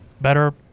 Better